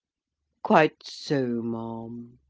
quite so, ma'am,